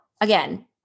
again